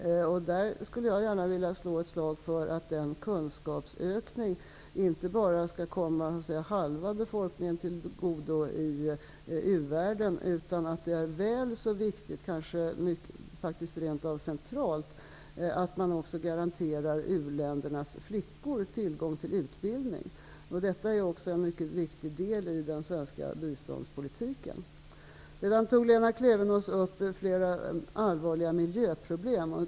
Där skulle jag väldigt gärna vilja slå ett slag för att den kunskapsökningen inte bara skall komma halva befolkningen till godo i u-världen. Det är väl så viktigt, rent av centralt, att man också garanterar u-ländernas flickor tillgång till utbildning. Detta är en mycket viktig del i den svenska biståndspolitiken. Lena Klevenås tog upp flera allvarliga miljöproblem.